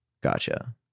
Gotcha